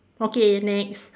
okay next